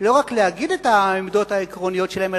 לא רק להגיד את העמדות העקרוניות שלהם,